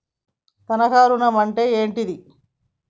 తనఖా ఋణం అంటే ఏంటిది?